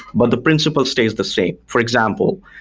but the principle stays the same. for example,